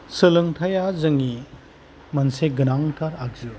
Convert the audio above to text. सोलोंथाइया जोंनि मोनसे गोनांथार आगजु